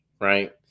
right